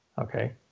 okay